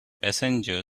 passenger